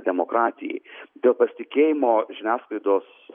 demokratijai dėl pasitikėjimo žiniasklaidos